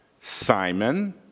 Simon